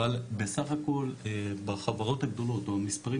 אבל בסך הכל בחברות הגדולות או המספרים